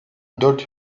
dört